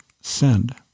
send